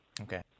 Okay